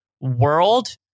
world